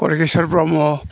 Khargeswar Brahma